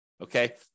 Okay